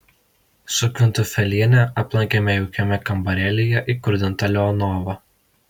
su kvintufeliene aplankėme jaukiame kambarėlyje įkurdintą leonovą